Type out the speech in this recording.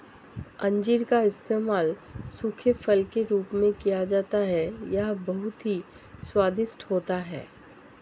अंजीर का इस्तेमाल सूखे फल के रूप में किया जाता है यह बहुत ही स्वादिष्ट होता है